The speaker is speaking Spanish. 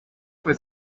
fue